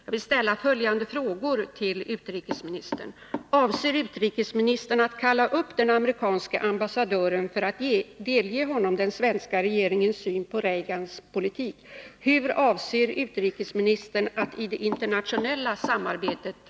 Avser utrikesministern att kalla upp den amerikanske ambassadören för att delge honom den svenska regeringens syn på Reagans politik?